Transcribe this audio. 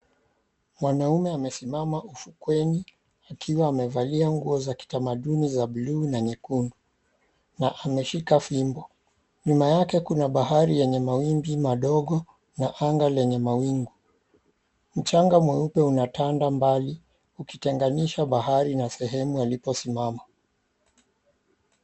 Mwanaume amesimama ufukweni, akiwa amevalia nguo za kitamaduni za buluu na nyekundu na ameshika fimbo. Nyuma yake kuna bahari yenye mawimbi madogo na anga lenye mawingu. Mchanga mweupe unatanda mbali ukitenganisha bahari na sehemu aliposimama.